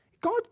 God